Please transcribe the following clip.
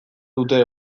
dute